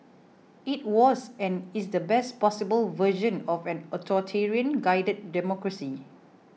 it was and is the best possible version of an authoritarian guided democracy